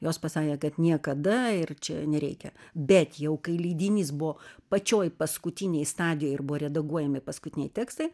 jos pasakė kad niekada ir čia nereikia bet jau kai leidinys buvo pačioj paskutinėj stadijoj ir buvo redaguojami paskutiniai tekstai